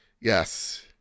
yes